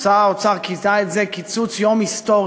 שר האוצר כינה את זה צעד היסטורי.